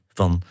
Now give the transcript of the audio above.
van